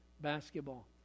basketball